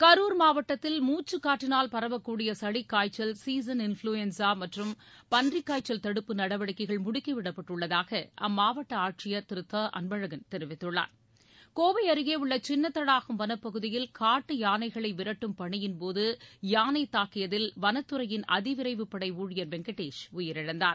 கரூர் மாவட்டத்தில் முச்சுக்காற்றினால் பரவக்கூடிய சளிக்காய்ச்சல் சீசன் இன்ஃபுளுயன்ஸா மற்றும் பன்றிக்காய்ச்சல் தடுப்பு நடவடிக்கைகள் முடுக்கிவிடப்பட்டுள்ளதாக அம்மாவட்ட ஆட்சியர் திரு த அன்பழகன் தெரிவித்துள்ளார் கோவை அருகே உள்ள சின்னத்தடாகம் வனப்பகுதியில் காட்டு யானைகளை விரட்டும் பணியின்போது யானை தாக்கியதில் வனத்துறையின் அதிவிரைவுப்படை ஊழியர் வெங்கடேஷ் உயிரிழந்தார்